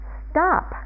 stop